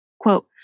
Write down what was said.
Quote